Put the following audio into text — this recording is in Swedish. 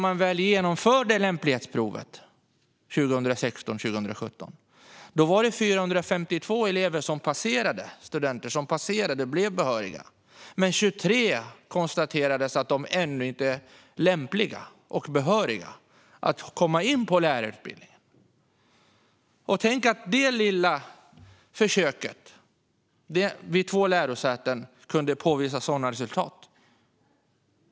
Men när lämplighetsprovet genomfördes 2016-2017 ansågs 452 studenter behöriga medan 23 konstaterades ännu inte vara lämpliga och därmed inte behöriga att komma in på lärarutbildningen. Tänk att det lilla försöket vid två lärosäten kunde påvisa sådana resultat.